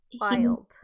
Wild